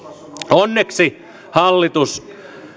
onneksi hallitus